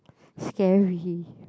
scary